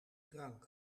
drank